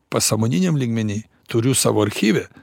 pasąmoniniam lygmeny turiu savo archyve